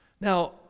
Now